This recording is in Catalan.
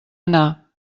anar